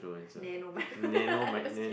nano micro